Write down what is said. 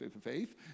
faith